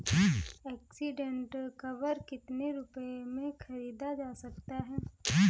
Accident cover कितने रुपए में खरीदा जा सकता है?